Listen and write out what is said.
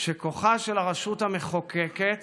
שכוחה של הרשות המחוקקת